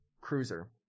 cruiser